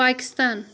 Pakistan